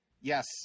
yes